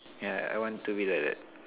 yeah I want to be like that